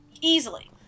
Easily